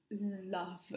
love